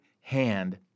hand